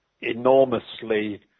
enormously